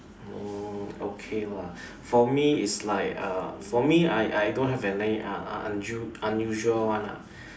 uh okay lah for me it's like uh for me I I don't have any uh unu~ unusual one lah